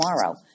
tomorrow